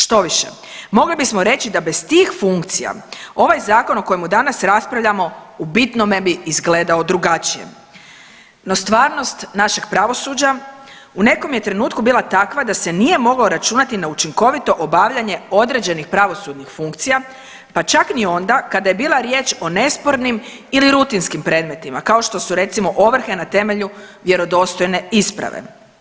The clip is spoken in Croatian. Štoviše mogli bismo reći da bez tih funkcija ovaj zakon o kojem danas raspravljamo u bitnome bi izgledao drugačije, no stvarnost našeg pravosuđa u nekom je trenutku bila takva da se nije moglo računati na učinkovito obavljanje određenih pravosudnih funkcija, pa čak ni onda kada je bila riječ o nespornim ili rutinskim predmetima, kao što su recimo ovrhe na temelju vjerodostojne isprave.